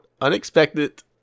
unexpected